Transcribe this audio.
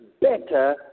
better